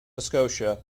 scotia